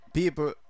people